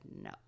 no